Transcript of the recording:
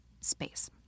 space